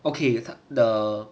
okay 他 the